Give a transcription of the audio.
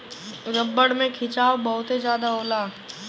रबड़ में खिंचाव बहुत ज्यादा होला